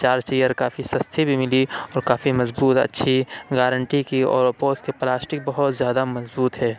چار چیئر کافی سستی بھی ملی اور کافی مضبوط اچھی گارنٹی کی اور وہ اس کی پلاسٹک بہت زیادہ مضبوط ہے